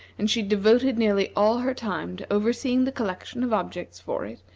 and she devoted nearly all her time to overseeing the collection of objects for it,